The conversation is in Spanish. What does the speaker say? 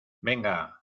venga